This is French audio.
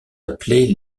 appelés